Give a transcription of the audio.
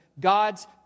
...God's